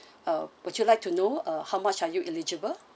uh would you like to know uh how much are you eligible